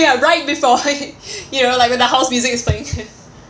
ya right before you know like when the house music is playing